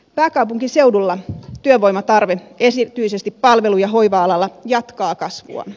pääkaupunkiseudulla työvoimatarve erityisesti palvelu ja hoiva alalla jatkaa kasvuaan